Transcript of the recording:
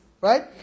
Right